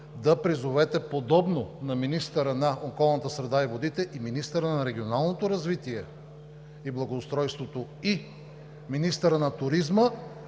да призовете подобно на министъра на околната среда и водите и министъра на регионалното развитие и благоустройството, и министъра на туризма